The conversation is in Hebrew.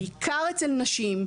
בעיקר אצל נשים,